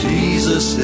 Jesus